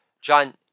John